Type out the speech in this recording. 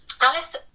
Alice